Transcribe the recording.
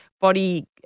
body